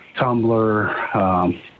Tumblr